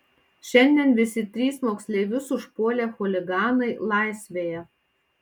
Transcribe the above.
šiandien visi trys moksleivius užpuolę chuliganai laisvėje